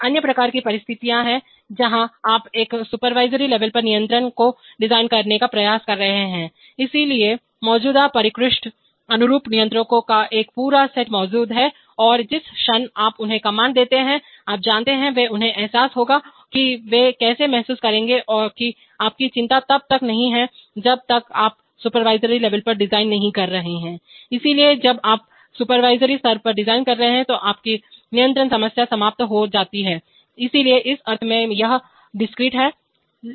एक अन्य प्रकार की परिस्थितियां हैं जहां आप एक सुपरवाइजररी लेवल पर नियंत्रण को डिजाइन करने का प्रयास कर रहे हैं इसलिए मौजूदा परिष्कृत अनुरूप नियंत्रकों का एक पूरा सेट मौजूद है और जिस क्षण आप उन्हें कमांड देते हैंआप जानते हैंवे उन्हें एहसास होगा कि वे कैसे महसूस करेंगे कि आपकी चिंता तब तक नहीं है जब तक आप सुपरवाइजररी लेवल पर डिजाइन नहीं कर रहे हैं इसलिए जब आप पर्यवेक्षी स्तर पर डिजाइन कर रहे हैं तो आपकी नियंत्रण समस्या समाप्त हो जाती है इसलिए उस अर्थ में यह असतत डिस्क्रीट है